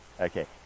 Okay